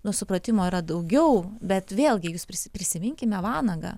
nu supratimo yra daugiau bet vėlgi jūs prisiminkime vanagą